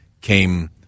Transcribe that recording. came